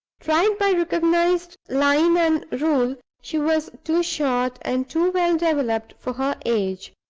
tried by recognized line and rule, she was too short and too well developed for her age.